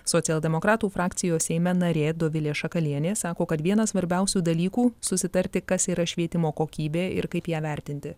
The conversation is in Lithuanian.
socialdemokratų frakcijos seime narė dovilė šakalienė sako kad vienas svarbiausių dalykų susitarti kas yra švietimo kokybė ir kaip ją vertinti